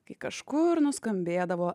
kai kažkur nuskambėdavo